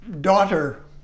daughter